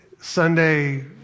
Sunday